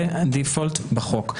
זה הדיפולט בחוק.